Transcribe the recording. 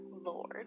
Lord